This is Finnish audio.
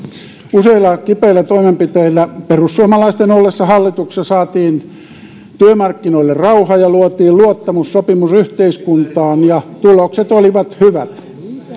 useilla kipeillä toimenpiteillä perussuomalaisten ollessa hallituksessa saatiin työmarkkinoille rauha ja luotiin luottamussopimus yhteiskuntaan ja tulokset olivat hyvät